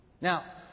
Now